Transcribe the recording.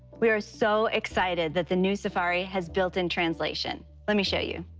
we are so excited that the new safari has built-in translation. let me show you.